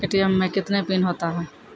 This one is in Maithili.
ए.टी.एम मे कितने पिन होता हैं?